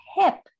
hip